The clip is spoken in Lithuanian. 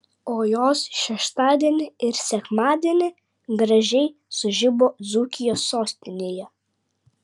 o jos šeštadienį ir sekmadienį gražiai sužibo dzūkijos sostinėje